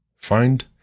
Find